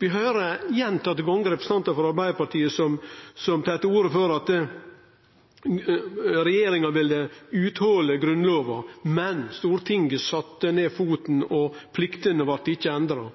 Vi høyrer fleire gonger representantar frå Arbeidarpartiet som gir uttrykk for at regjeringa ville uthole fiskarens «grunnlov», men Stortinget sette ned foten, og pliktene blei ikkje endra.